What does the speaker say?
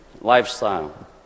lifestyle